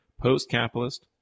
post-capitalist